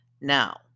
now